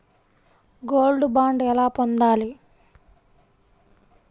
Gold bond ఎలా పొందాలి?